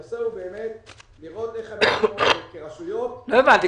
הנושא הוא באמת לראות איך אנחנו כרשויות --- לא הבנתי,